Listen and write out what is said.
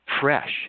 fresh